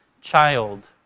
child